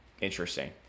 interesting